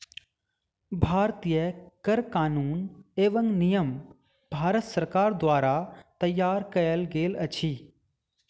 भारतीय कर कानून एवं नियम भारत सरकार द्वारा तैयार कयल गेल अछि